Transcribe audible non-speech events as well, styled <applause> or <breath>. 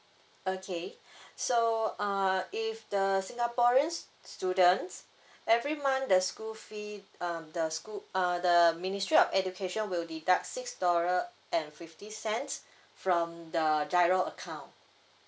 okay <breath> so uh if the singaporeans students every month the school fee um the school uh the ministry of education will deduct six dollar and fifty cents from the giro account